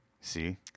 See